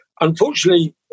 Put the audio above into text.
Unfortunately